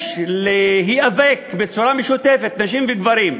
יש להיאבק בצורה משותפת, נשים וגברים,